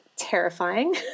terrifying